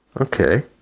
Okay